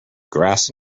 grass